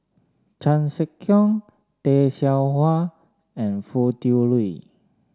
Chan Sek Keong Tay Seow Huah and Foo Tui Liew